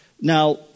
Now